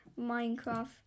Minecraft